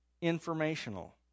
informational